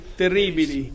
terribili